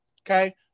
Okay